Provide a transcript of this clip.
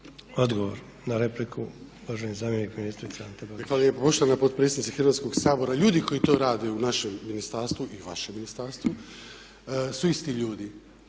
Odgovor na repliku, uvaženi zamjenik ministrice. **Babić, Ante (HDZ)** Hvala lijepa. Poštovana potpredsjednice Hrvatskog sabora ljudi koji to rade u našem ministarstvu i vašem ministarstvu su isti ljudi,